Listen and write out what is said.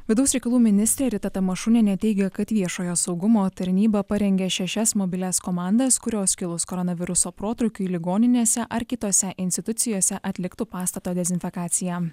vidaus reikalų ministrė rita tamašunienė teigė kad viešojo saugumo tarnyba parengė šešias mobilias komandas kurios kilus koronaviruso protrūkiui ligoninėse ar kitose institucijose atliktų pastato dezinfekaciją